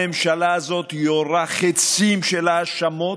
הממשלה הזאת יורה חיצים של האשמות,